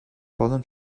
poden